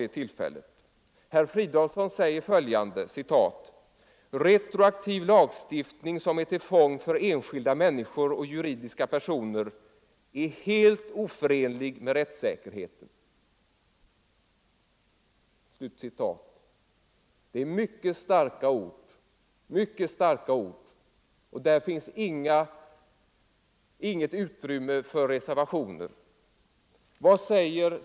I sin motion säger herr Fridolfsson följande: ”Retroaktiv lagstiftning, som är till förfång för enskilda människor och juridiska personer, är helt oförenlig med rättssäkerheten.” Det är mycket starka ord, och där finns inget utrymme för reservationer.